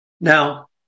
Now